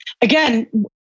again